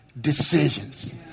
decisions